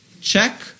check